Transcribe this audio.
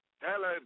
Hello